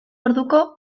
orduko